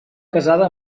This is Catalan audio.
casada